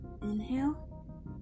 Inhale